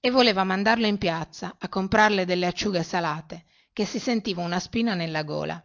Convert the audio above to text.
e voleva mandarlo in piazza a comprarle delle acciughe salate che si sentiva una spina nella gola